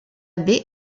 baie